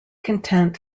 content